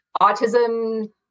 autism